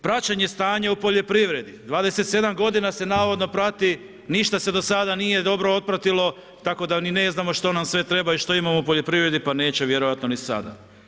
Praćenje stanja u poljoprivredi, 27 godina se navodno prati, ništa se do sada nije dobro otpratilo tako da ni ne znamo što nam sve treba i što imamo u poljoprivredi pa neće vjerojatno ni sada.